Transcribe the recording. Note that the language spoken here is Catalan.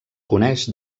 coneix